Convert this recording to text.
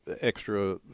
extra